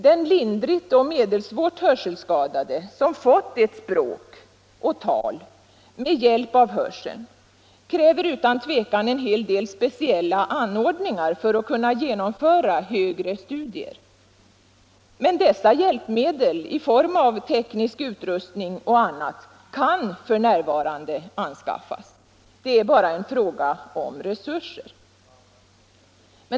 Den lindrigt och medelsvårt hörselskadade som fått ett språk — och ett tal — med hjälp av hörseln kräver utan tvivel en hel del speciella anordningar för att kunna genomföra högre studier. Men dessa hjälpmedel i form av teknisk utrustning och annat kan f. n. anskaffas. Det är bara en fråga om resurser.